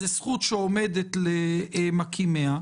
זה זכות שעומדת למקימיה.